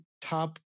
top